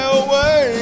away